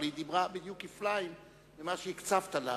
אבל היא דיברה בדיוק כפליים ממה שהקצבת לה.